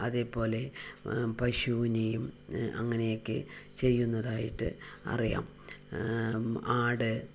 അതേപോലെ പശുവിനെയും അങ്ങനെയൊക്കെ ചെയ്യുന്നതായിട്ട് അറിയാം ആട്